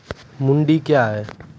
मंडी क्या हैं?